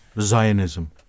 Zionism